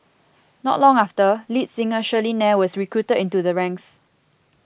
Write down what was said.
not long after lead singer Shirley Nair was recruited into their ranks